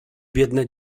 biedne